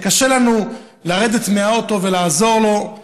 שקשה לנו לרדת מהאוטו ולעזור לו,